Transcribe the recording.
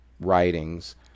writings